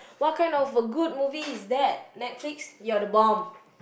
what kind of a good movie is bad Netflix you are the bomb